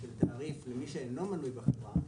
תעריף למי שאינו מנוי בחברה,